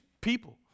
people